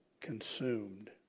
consumed